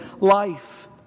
life